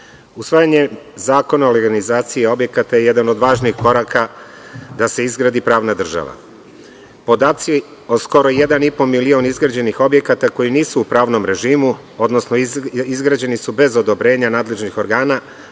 usvajanje zakona o legalizaciji objekata je jedan od važnih koraka da se izgradi pravna država. Podaci o skoro 1,5 milion izgrađenih objekata koji nisu u pravnom režimu, odnosno izgrađeni su bez odobrenja nadležnih organa,